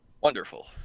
wonderful